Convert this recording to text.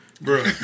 Bro